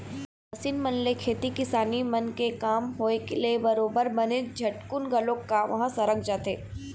machine मन ले खेती किसानी मन के काम होय ले बरोबर बनेच झटकुन घलोक काम ह सरक जाथे